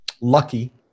Lucky